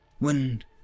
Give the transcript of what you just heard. Wind